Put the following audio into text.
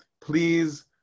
please